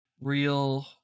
Real